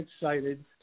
excited